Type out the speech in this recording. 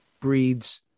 breeds